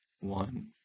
one